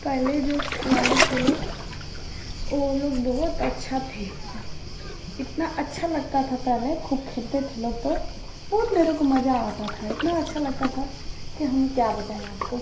पहेल जो खेलाड़ी थे लोग वो लोग बहुत अच्छा थे इतना अच्छा लगता था पहले खूब खेलते थे लोग तो बोत मेरे को मज़ा आता था इतना अच्छा लगता था कि हम क्या बताएँ आपको